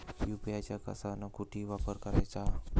UPI चा कसा अन कुटी वापर कराचा?